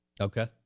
Okay